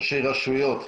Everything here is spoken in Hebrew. ראשי רשויות,